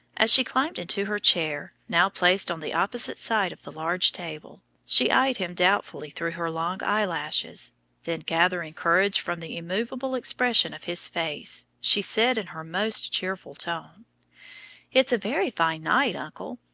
as she climbed into her chair, now placed on the opposite side of the large table, she eyed him doubtfully through her long eyelashes then gathering courage from the immovable expression of his face, she said in her most cheerful tone it's a very fine night, uncle.